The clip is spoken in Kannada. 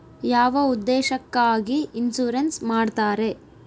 ಯಾವ ಉದ್ದೇಶಕ್ಕಾಗಿ ಇನ್ಸುರೆನ್ಸ್ ಮಾಡ್ತಾರೆ?